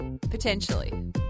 Potentially